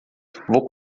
vou